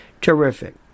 Terrific